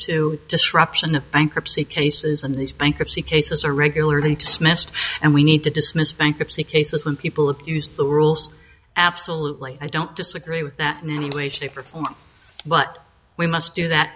to disruption of bankruptcy cases and these bankruptcy cases are regularly dismissed and we need to dismiss bankruptcy cases when people have to use the rules absolutely i don't disagree with that now any way shape or form but we must do that